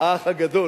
"האח הגדול".